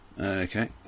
Okay